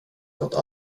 gått